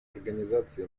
организаций